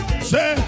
Say